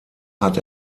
hat